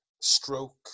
stroke